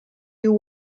you